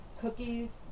cookies